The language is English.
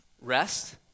rest